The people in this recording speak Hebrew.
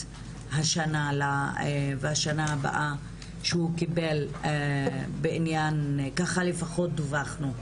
בשנה הבאה שהוא קיבל בעניין - כך לפחות דווחנו.